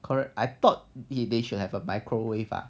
correct I thought they should have a microwave ah